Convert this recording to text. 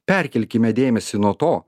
perkelkime dėmesį nuo to